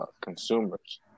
consumers